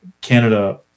Canada